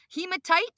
Hematite